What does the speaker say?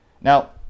Now